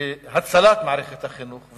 להצלת מערכת החינוך,